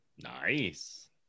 Nice